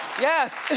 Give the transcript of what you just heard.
yes,